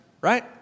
right